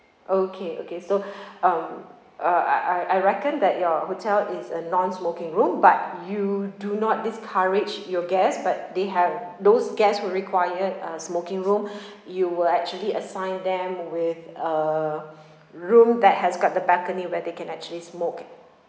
okay okay so um uh I I I reckon that your hotel is a non-smoking room but you do not discourage your guests but they have those guests who required uh smoking room you will actually assign them with a room that has got the balcony where they can actually smoke